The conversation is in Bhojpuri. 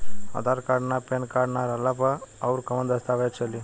आधार कार्ड आ पेन कार्ड ना रहला पर अउरकवन दस्तावेज चली?